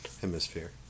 hemisphere